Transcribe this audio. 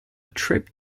trip